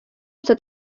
что